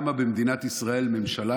קמה במדינת ישראל ממשלה